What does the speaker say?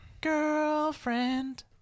Girlfriend